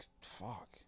Fuck